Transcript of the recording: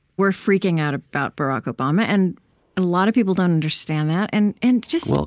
were freaking out about barack obama, and a lot of people don't understand that. and and just, well,